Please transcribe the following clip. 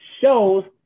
shows